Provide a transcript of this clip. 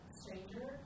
stranger